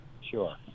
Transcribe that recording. sure